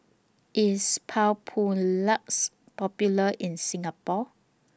IS Papulex Popular in Singapore